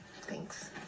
thanks